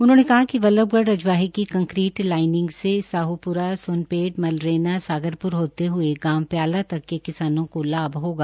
उन्होंने कहा कि बल्लभगढ़ रजवाहे की कंक्रीट लाइनिंग से साहूप्रा सुनपेड मलरेना सागरपुर होते हुए गांव प्याला तक के किसानों को लाभ होगा